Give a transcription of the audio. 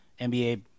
NBA